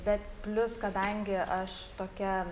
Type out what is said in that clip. bet plius kadangi aš tokia